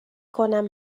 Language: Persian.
کنم